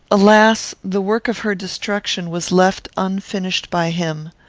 alas! the work of her destruction was left unfinished by him.